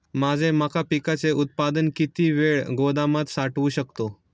माझे मका पिकाचे उत्पादन किती वेळ गोदामात साठवू शकतो?